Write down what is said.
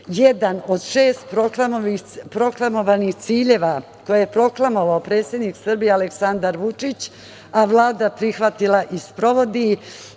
jedan od šest proklamovanih ciljeva, koje je proklamovao predsednik Srbije Aleksandar Vučić, a Vlada prihvatila i sprovodi,